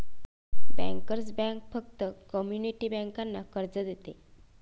bankers bank फक्त community बँकांना कर्ज देते